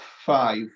five